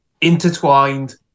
intertwined